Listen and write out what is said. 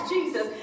Jesus